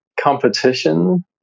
competition